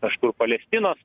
kažkur palestinos